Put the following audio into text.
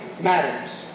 matters